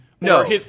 No